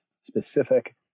specific